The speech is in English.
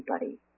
buddy